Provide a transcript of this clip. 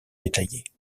détaillés